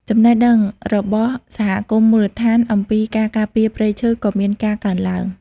ចំណេះដឹងរបស់សហគមន៍មូលដ្ឋានអំពីការការពារសត្វព្រៃក៏មានការកើនឡើង។